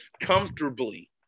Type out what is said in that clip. Comfortably